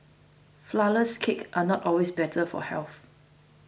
flourless cake are not always better for health